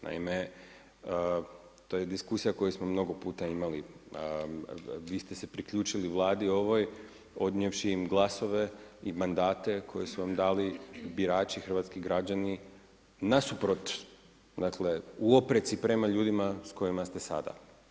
Naime, to je diskusija koju smo mnogo puta imali, vi ste se priključili Vladi ovoj odnijevši im glasove i mandate koji su vam dali birači hrvatski građani nasuprot, dakle u opreci prema ljudima s kojima ste sada.